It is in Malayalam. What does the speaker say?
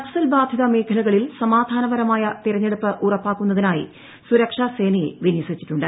നക്സൽ ബാധിത മേഖലകളിൽ സമാധാനപരമായും തെരഞ്ഞെടുപ്പ് ഉറപ്പാക്കുന്നതിനായി സുരക്ഷാ ആൻട്യ വിന്യസിച്ചിട്ടുണ്ട്